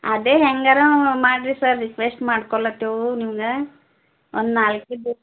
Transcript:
ಅದೆ ಹೇಗಾರ ಮಾಡಿರಿ ಸರ್ ರಿಕ್ವೆಸ್ಟ್ ಮಾಡ್ಕೊಳತೆವು ನಿಮ್ಗೆ ಒಂದು ನಾಲ್ಕು ದಿವಸ